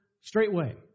straightway